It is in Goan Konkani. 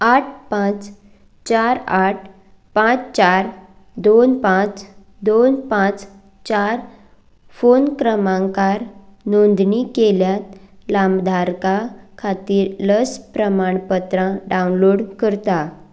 आठ पांच चार आठ पांच चार दोन पांच दोन पांच चार फोन क्रमांकार नोंदणी केल्ल्यात लाबधारकां खातीर लस प्रमाणपत्रां डावनलोड करता